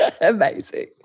Amazing